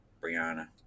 brianna